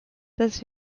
dass